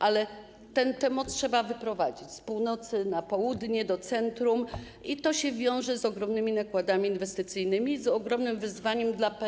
Ale tę moc trzeba wyprowadzić z północy na południe, do centrum i to wiąże się z ogromnymi nakładami inwestycyjnymi, z ogromnym wyzwaniem dla PSE.